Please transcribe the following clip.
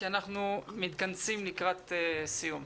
כי אנחנו מתכנסים לקראת סיום.